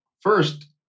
first